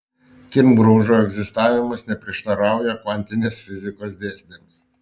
kirmgraužų egzistavimas neprieštarauja kvantinės fizikos dėsniams